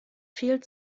viel